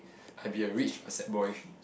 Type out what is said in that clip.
I'll be a rich but sad boy